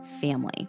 family